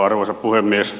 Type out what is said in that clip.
arvoisa puhemies